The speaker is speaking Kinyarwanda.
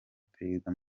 perezida